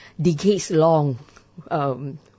decades-long